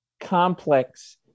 complex